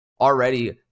already